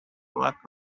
lack